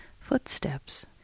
Footsteps